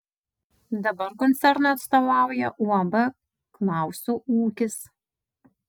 dabar koncernui atstovauja uab klauso ūkis